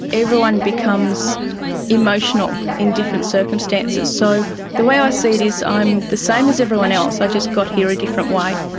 everyone becomes emotional in different circumstances. so the way i see it is i'm the same as everyone else, i just got here a different way.